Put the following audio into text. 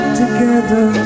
together